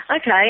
Okay